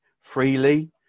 freely